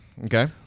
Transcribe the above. Okay